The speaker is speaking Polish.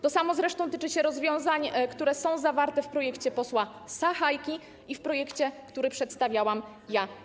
To samo zresztą dotyczy rozwiązań, które są zawarte w projekcie posła Sachajki i w projekcie, który przedstawiłam ja.